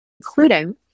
including